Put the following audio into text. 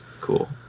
cool